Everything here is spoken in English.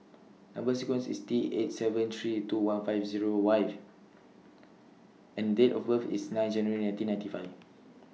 Number sequence IS T eight seven three two one five Zero Y and Date of birth IS nine January nineteen ninety five